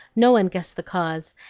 no one guessed the cause,